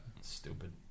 stupid